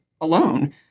alone